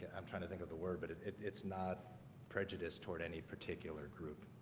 i'm trying to think of the word, but it's not prejudiced toward any particular group.